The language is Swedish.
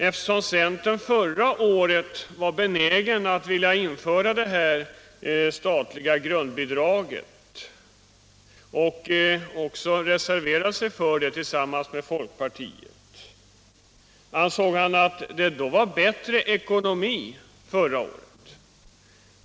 Eftersom centerpartiet förra året var benäget att införa det statliga grundbidraget och också reserverade sig för det tillsammans med folkpartiet, vill jag ställa en fråga till herr Åkerfeldt: Ansåg herr Åkerfeldt att ekonomin var bättre förra året?